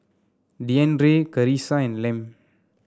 Deandre Karissa and Lem